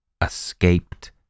escaped